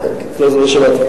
לא, לא שמעתי.